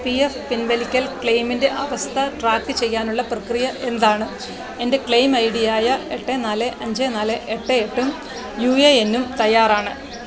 P F പിൻവലിക്കൽ ക്ലെയിമിൻ്റെ അവസ്ഥ ട്രാക്ക് ചെയ്യാനുള്ള പ്രക്രിയ എന്താണ് എൻ്റെ ക്ലെയിം ഐഡിയായ എട്ട് നാല് അഞ്ച് നാല് എട്ട് എട്ടും യു എ എന്നും തയ്യാറാണ്